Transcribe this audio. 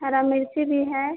हरी मिर्ची भी है